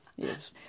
Yes